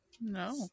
No